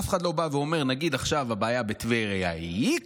אף אחד לא בא ואומר: נגיד עכשיו הבעיה בטבריה היא x,